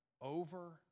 Over